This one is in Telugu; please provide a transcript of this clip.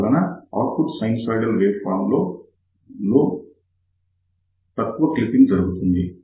దానివలన ఔట్పుట్ సైన్సాయిడల్ వేవ్ ఫార్మ్ లో తక్కువ క్లిప్పింగ్ జరుగుతుంది